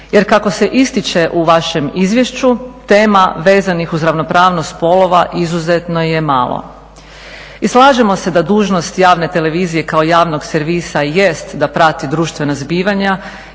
jer kako se ističe u vašem izvješću tema vezanih uz ravnopravnost spolova izuzetno je malo. I slažemo se da dužnost javne televizije kao javnog servisa jest da prati društvena zbivanja